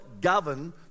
govern